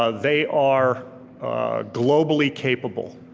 ah they are globally capable.